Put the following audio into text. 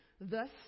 Thus